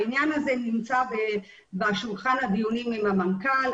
העניין הזה נמצא בשולחן הדיונים עם המנכ"ל,